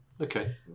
Okay